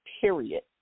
period